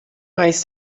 mais